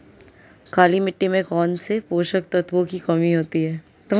काली मिट्टी में कौनसे पोषक तत्वों की कमी होती है?